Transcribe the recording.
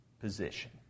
position